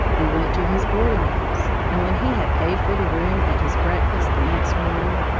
he went to his boarding-house, and when he had paid for the room and his breakfast the next morning,